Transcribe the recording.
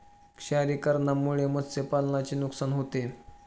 क्षारीकरणामुळे मत्स्यपालनाचे नुकसान होते